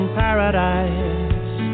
paradise